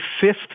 fifth